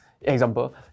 example